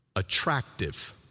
Attractive